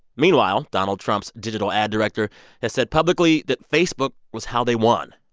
meanwhile, donald trump's digital ad director has said publicly that facebook was how they won,